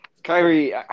Kyrie